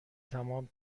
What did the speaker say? تمام